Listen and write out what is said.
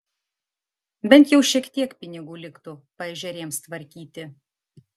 bent jau šiek tiek pinigų liktų paežerėms tvarkyti